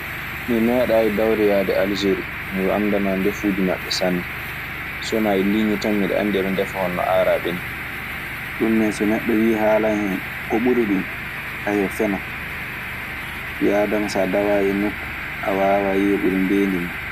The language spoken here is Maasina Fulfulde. Mi meeɗayi dawde yahde Alseri ,mi anndanaa ndefuuji maɓɓe sanne, sona e liŋe tan miɗo andi heɓe ndefa hono no aaraɓe ni. Ɗun nee so neɗɗo wii haalan hen ko ɓuri ɗun. fenan. Ɓii aadama, so a dawaayi e nokku a waawaa yeeɓude ndeeni mun.